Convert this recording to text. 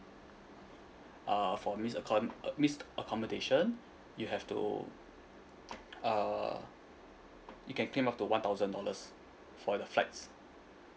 for missed accom~ uh missed accommodation you have to uh you can claim up to one thousand dollars for the flights